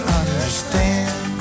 understand